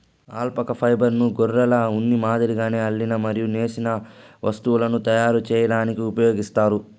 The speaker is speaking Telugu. అల్పాకా ఫైబర్ను గొర్రెల ఉన్ని మాదిరిగానే అల్లిన మరియు నేసిన వస్తువులను తయారు చేయడానికి ఉపయోగిస్తారు